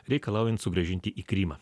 reikalaujant sugrąžinti į krymą